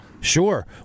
Sure